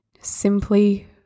simply